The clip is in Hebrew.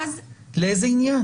לאיזה עניין?